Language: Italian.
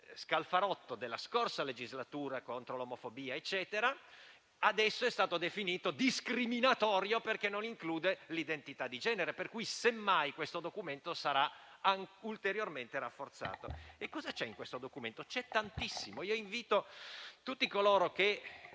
Scalfarotto della scorsa legislatura contro l'omofobia e quant'altro adesso è stato definito discriminatorio perché non include l'identità di genere; pertanto, semmai, questo documento sarà ulteriormente rafforzato. Cosa c'è in questo documento? C'è tantissimo: invito tutti coloro che